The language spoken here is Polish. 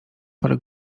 parę